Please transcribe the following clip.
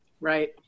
right